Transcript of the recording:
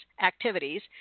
activities